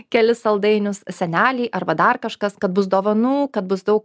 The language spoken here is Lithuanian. kelis saldainius seneliai arba dar kažkas kad bus dovanų kad bus daug